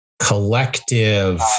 collective